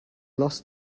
last